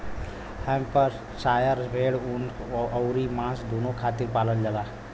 Hampshire भेड़ ऊन अउरी मांस दूनो खातिर पालल जाला